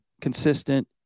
consistent